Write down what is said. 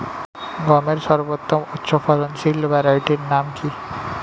গমের সর্বোত্তম উচ্চফলনশীল ভ্যারাইটি নাম কি?